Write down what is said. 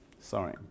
Sorry